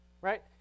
right